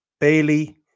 Bailey